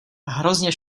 hrozně